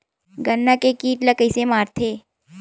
गन्ना के कीट ला कइसे मारथे?